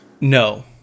No